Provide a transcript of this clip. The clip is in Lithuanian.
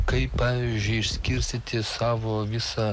kaip pavyzdžiui išskirstyti savo visą